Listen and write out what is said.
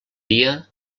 dia